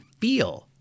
feel